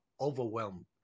overwhelmed